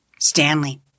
Stanley